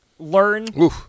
learn